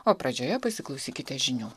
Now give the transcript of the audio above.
o pradžioje pasiklausykite žinių